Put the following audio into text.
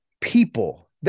people